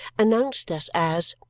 announced us as,